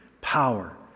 power